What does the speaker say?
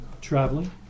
traveling